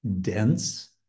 dense